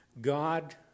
God